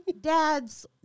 dads